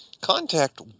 Contact